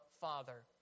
Father